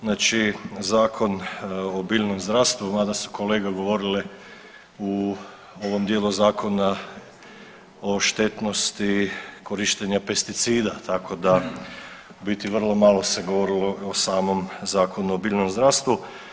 Znači Zakon o biljnom zdravstvu mada su kolege govorile u ovom dijelu zakona o štetnosti korištenja pesticida, tako da u biti vrlo malo se govorilo o samom Zakonu o biljnom zdravstvu.